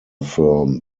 firm